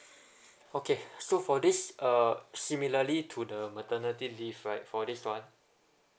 okay so for this uh similarly to the maternity leave right for this one